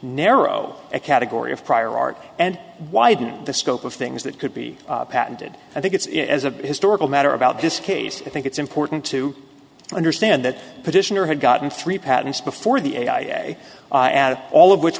narrow a category of prior art and widening the scope of things that could be patented i think it's as a historical matter about this case i think it's important to understand that petitioner had gotten three patents before the a i a at all of which